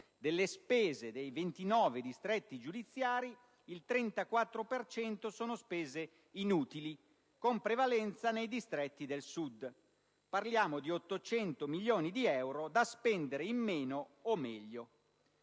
«Delle spese dei 29 distretti, il 34 per cento sono inutili, con prevalenza nei distretti del Sud: parliamo di 800 milioni di euro, da spendere in meno o meglio».